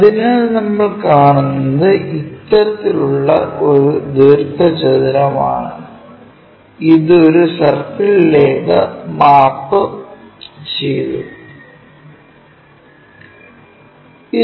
അതിനാൽ നമ്മൾ കാണുന്നത് ഇത്തരത്തിലുള്ള ഒരു ദീർഘചതുരമാണ് ഇത് ഒരു സർക്കിളിലേക്ക് മാപ്പുചെയ്തു